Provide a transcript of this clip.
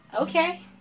Okay